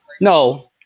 no